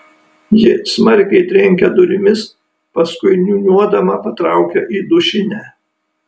ji smarkiai trenkia durimis paskui niūniuodama patraukia į dušinę